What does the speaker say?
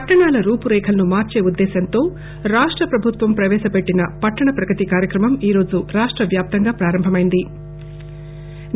పట్టణాల రూపురేఖలను మార్చే ఉద్దేశ్యంతో రాష్ట ప్రభుత్వం చేపట్టిన పట్టణ ప్రగతి కార్యక్రమం ఈరోజు రాష్టవ్యాప్తంగా ప్రారంభమైంది